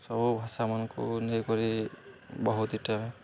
ସବୁ ଭାଷାମାନଙ୍କୁ ନେଇକରି ବହୁତିଟା